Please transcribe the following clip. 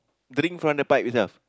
drink from the pipe enough